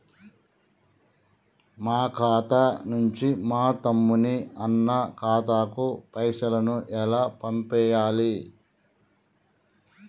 మా ఖాతా నుంచి మా తమ్ముని, అన్న ఖాతాకు పైసలను ఎలా పంపియ్యాలి?